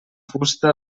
fusta